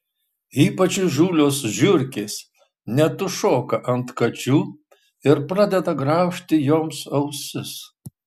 ypač įžūlios žiurkės net užšoka ant kačių ir pradeda graužti joms ausis